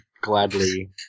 gladly